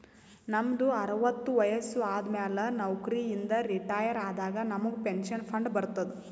ನಮ್ದು ಅರವತ್ತು ವಯಸ್ಸು ಆದಮ್ಯಾಲ ನೌಕರಿ ಇಂದ ರಿಟೈರ್ ಆದಾಗ ನಮುಗ್ ಪೆನ್ಷನ್ ಫಂಡ್ ಬರ್ತುದ್